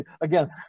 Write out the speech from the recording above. again